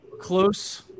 close